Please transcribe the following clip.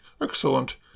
Excellent